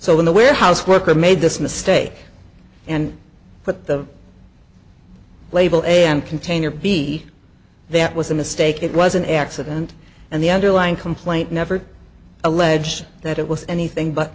so when the warehouse worker made this mistake and put the label a on container b that was a mistake it was an accident and the underlying complaint never alleged that it was anything but